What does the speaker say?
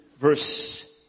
verse